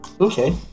Okay